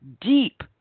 deep